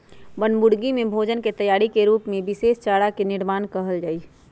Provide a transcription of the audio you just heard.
बनमुर्गी के भोजन के तैयारी के रूप में विशेष चारा के निर्माण कइल जाहई